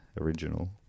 original